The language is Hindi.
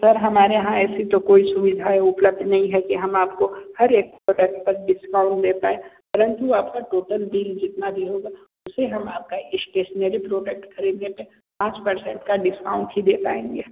सर हमारे यहाँ ऐसी तो कोई सुविधाएं उपलब्ध नहीं हैं कि हम आपको हर एक प्रोडक्ट पर डिस्काउंट दे पाएं परंतु आपका टोटल बिल जितना भी होगा उस पर हम आपका स्टेशनरी प्रोडक्ट खरीदने पर पाँच परसेंट का डिस्काउंट ही दे पाएंगे